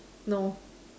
no